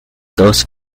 dos